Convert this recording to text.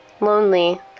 lonely